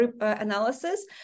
analysis